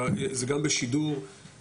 זה גם בשידור,